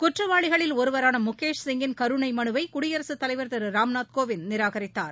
குற்றவாளிகளில் ஒருவரான முகேஷ் சிங்கின் கருணை மனுவை குடியரசுத் தலைவர் திரு ராம்நாத் கோவிந்த் நிராகரித்தார்